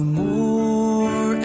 more